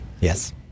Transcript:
Yes